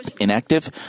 inactive